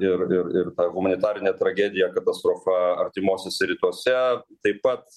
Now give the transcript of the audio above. ir ir ir ta humanitarinė tragedija katastrofa artimuosiuose rytuose taip pat